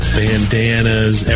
bandanas